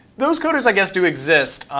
those coders, i guess, do exist,